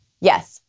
yes